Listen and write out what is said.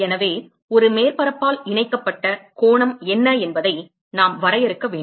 எனவே ஒரு மேற்பரப்பால் இணைக்கப்பட்ட கோணம் என்ன என்பதை நாம் வரையறுக்க வேண்டும்